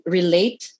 relate